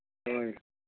ꯍꯣꯏ